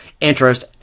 interest